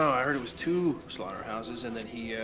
i heard it was two slaughterhouses and that he, ah,